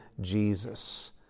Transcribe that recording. Jesus